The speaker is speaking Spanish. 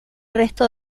resto